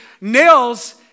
nails